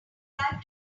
like